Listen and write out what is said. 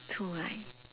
two right